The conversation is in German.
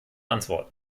antwort